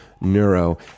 Neuro